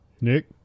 nick